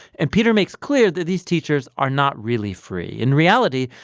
and peter makes clear that these teachers are not really free. in reality,